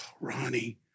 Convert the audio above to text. Ronnie